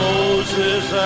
Moses